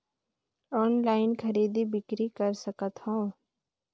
Online खरीदी बिक्री कर सकथव?